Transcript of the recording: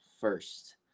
first